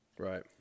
Right